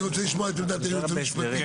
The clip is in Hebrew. אני רוצה לשמוע את עמדת היועץ המשפטי של הוועדה.